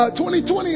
2020